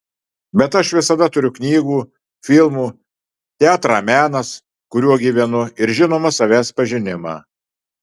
bet aš visada turiu knygų filmų teatrą menas kuriuo gyvenu ir žinoma savęs pažinimą